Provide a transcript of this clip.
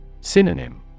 Synonym